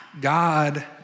God